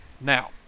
Now